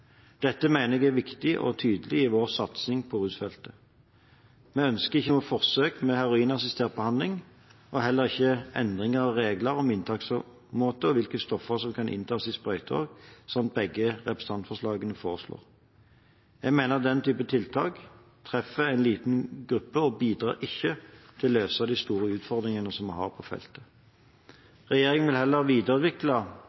Dette mener jeg er viktig og tydelig i vår satsing på rusfeltet. Vi ønsker ikke noe forsøk med heroinassistert behandling, og heller ikke endringer av regler om inntaksmåte og hvilke stoffer som kan inntas i sprøyterom, som begge representantforslagene foreslår. Jeg mener at den type tiltak treffer en liten gruppe og ikke bidrar til å løse de store utfordringene som vi har på feltet. Regjeringen vil heller videreutvikle